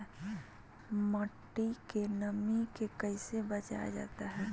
मट्टी के नमी से कैसे बचाया जाता हैं?